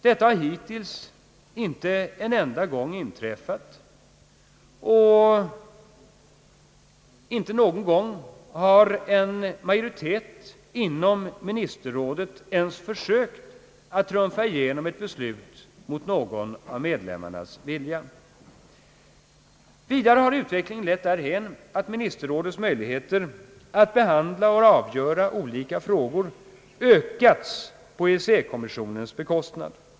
Detta har hittills inte en enda gång inträffat, och inte någon gång har en majoritet inom ministerrådet ens försökt att trumfa igenom ett beslut mot någon av medlemmarnas vilja. Vidare har utvecklingen lett därhän att ministerrådets möjligheter att behandla och avgöra olika frågor ökats på EEC-kommissionens bekostnad.